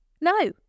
No